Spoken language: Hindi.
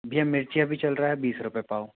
भैया मिर्ची अभी चल रहा है बीस रुपये पाव